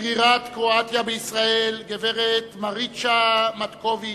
שגרירת קרואטיה בישראל הגברת מאריצ'ה מאטקוביץ',